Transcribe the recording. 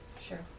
Sure